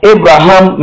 Abraham